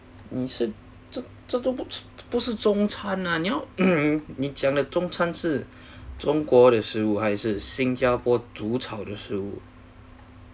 你是这这都不是中餐啊你要你讲的中餐是中国的食物还是新加坡煮炒的食物